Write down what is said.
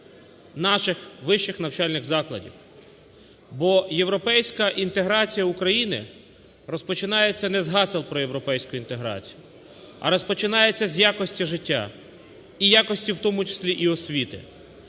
наших вищих навчальних закладів. Бо європейська інтеграція України розпочинається не з гасел про європейську інтеграцію, а розпочинається з якості життя і якості, в тому числі і освіти.